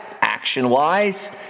action-wise